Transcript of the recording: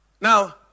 Now